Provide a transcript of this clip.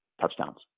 touchdowns